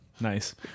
Nice